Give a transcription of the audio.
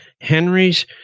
Henry's